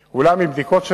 לשאול: 1. מדוע?